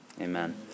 Amen